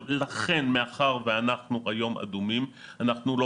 לכן מאחר שאנחנו היום אדומים אנחנו לא